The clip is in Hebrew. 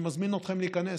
אני מזמין אתכם להיכנס.